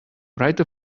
write